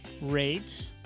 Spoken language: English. rate